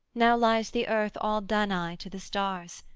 now lies the earth all danae to the stars,